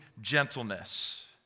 gentleness